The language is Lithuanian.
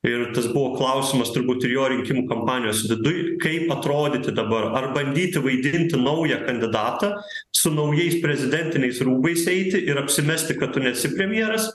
ir tas buvo klausimas turbūt ir jo rinkimų kampanijos viduj kaip atrodyti dabar ar bandyti vaidinti naują kandidatą su naujais prezidentiniais rūbais eiti ir apsimesti kad tu nesi premjeras